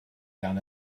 gan